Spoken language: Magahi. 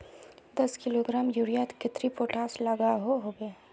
दस किलोग्राम यूरियात कतेरी पोटास लागोहो होबे?